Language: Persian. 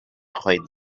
خواهید